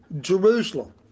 Jerusalem